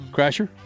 Crasher